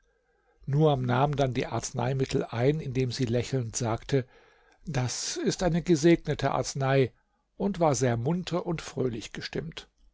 nuam nahm dann die arzneimittel ein indem sie lächelnd sagte das ist eine gesegnete arznei und war sehr munter und fröhlich gestimmt